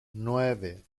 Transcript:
nueve